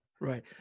right